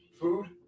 food